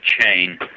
chain